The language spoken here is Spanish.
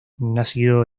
nacido